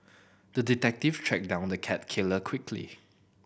the detective tracked down the cat killer quickly